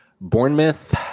Bournemouth